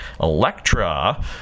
Electra